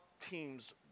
teams